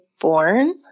born